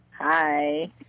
hi